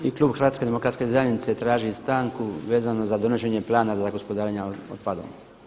I klub HDZ-a traži stanku vezani za donošenje plana za gospodarenje otpadom.